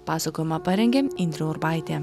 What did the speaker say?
pasakojimą parengė indrė urbaitė